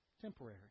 Temporary